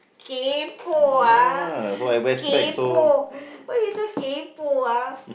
kaypoh ah kaypoh why you so kaypoh ah